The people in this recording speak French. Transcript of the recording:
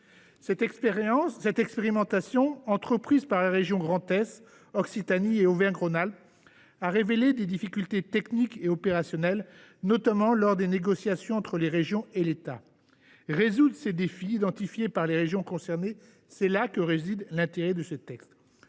Cette expérimentation, entreprise par les régions Grand Est, Occitanie et Auvergne Rhône Alpes, a révélé des difficultés techniques et opérationnelles, en particulier lors des négociations entre les régions et l’État. Résoudre les défis identifiés par les régions concernées, tel est l’intérêt du texte